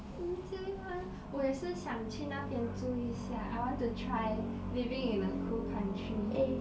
mm 我也是想去那边住一下 I want to try living in a cool country ya